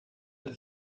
that